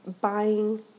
buying